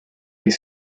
est